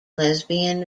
lesbian